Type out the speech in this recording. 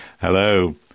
Hello